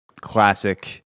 classic